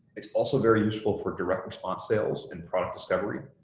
it's also very useful for direct response sales and product discovery,